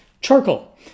charcoal